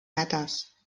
hädas